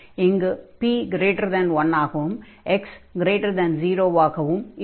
இங்கு p1 ஆகவும் x 0 ஆகவும் இருக்கும்